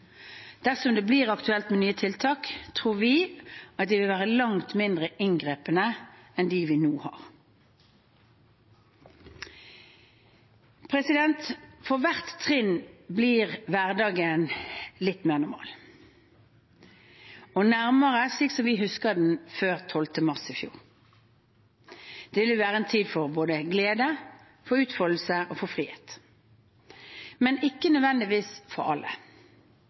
Dersom det blir aktuelt med nye tiltak, tror vi at de vil være langt mindre inngripende enn dem vi nå har. For hvert trinn blir hverdagen litt mer normal og nærmere slik vi husker den fra før 12. mars i fjor. Det vil være en tid for både glede, utfoldelse og frihet, men ikke nødvendigvis for alle.